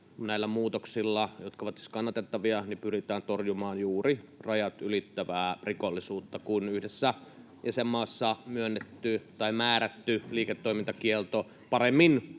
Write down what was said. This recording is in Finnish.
Näillä muutoksilla, jotka ovat siis kannatettavia, pyritään torjumaan juuri rajat ylittävää rikollisuutta, kun yhdessä jäsenmaassa myönnetty tai määrätty liiketoimintakielto paremmin